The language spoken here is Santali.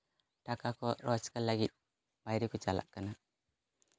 ᱴᱟᱠᱟ ᱠᱚ ᱨᱳᱡᱽᱜᱟᱨ ᱞᱟᱹᱜᱤᱫ ᱵᱟᱭᱨᱮ ᱠᱚ ᱪᱟᱞᱟᱜ ᱠᱟᱱᱟ